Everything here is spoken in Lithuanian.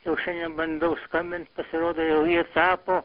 jau šiandien bandau skambint pasirodo jau jie tapo